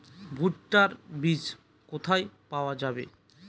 ভুট্টার বিজ কোথায় পাওয়া যাবে?